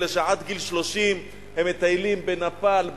אלה שעד גיל 30 מטיילים בנפאל,